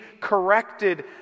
corrected